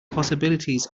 possibilities